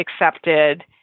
accepted